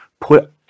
put